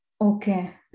Okay